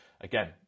again